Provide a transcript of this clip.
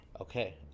Okay